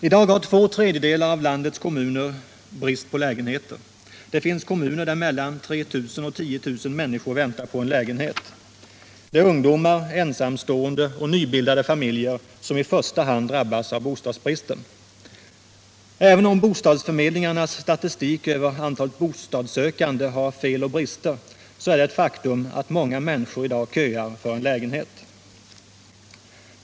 I dag har två tredjedelar av landets kommuner brist på lägenheter. Det finns kommuner där mellan 3 000 och 10 000 människor väntar på en lägenhet. Det är ungdomar, ensamstående och nybildade familjer som i första hand drabbas av bostadsbristen. Även om bostadsförmedlingarnas statistik över antalet bostadssökande har fel och brister, så är det ett faktum att många människor i dag köar för en lägenhet.